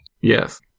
Yes